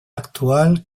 actual